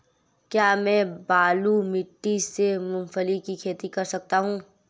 क्या मैं बालू मिट्टी में मूंगफली की खेती कर सकता हूँ?